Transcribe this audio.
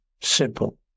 simple